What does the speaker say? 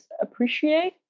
appreciate